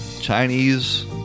Chinese